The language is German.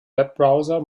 webbrowser